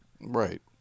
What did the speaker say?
right